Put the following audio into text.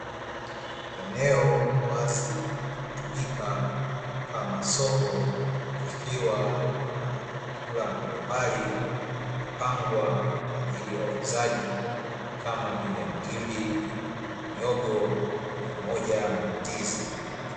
Eneo la wazi linalotumika kama soko likiwa na vyakula mbalimbali vimepangwa kwa ajili ya wauzaji kama vile: magimbi, mihogo, pamoja na ndizi.